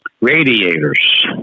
radiators